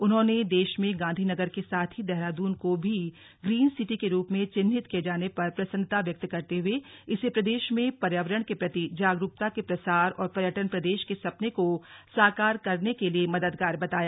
उन्होंने देश में गांधीनगर के साथ ही देहरादून को भी ग्रीन सिटी के रूप में चिन्हित किये जाने पर प्रसन्नता व्यक्त करते हुए इसे प्रदेश में पर्यावरण के प्रति जागरूकता के प्रसार और पर्यटन प्रदेश के सपने को साकार करने के लिए मददगार बताया